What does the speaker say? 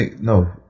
No